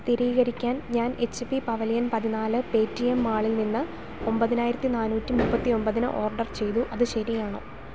സ്ഥിരീകരിക്കാൻ ഞാൻ H P pavilion പതിനാല് പേ ടി എം മാളിൽ നിന്ന് ഒൻപതിനായിരത്തി നാന്നൂറ്റി മുപ്പത്തി ഒൻപതിന് ഓർഡർ ചെയ്തു അത് ശരിയാണോ